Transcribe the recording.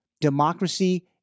democracy